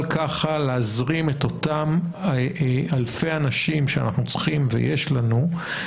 להזרים את אותם אלפי אנשים שאנחנו צריכים ויש לנו,